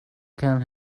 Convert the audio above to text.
can